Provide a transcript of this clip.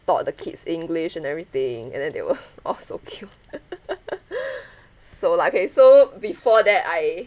taught the kids english and everything and then they were all so cute so like okay so before that I